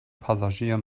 passagier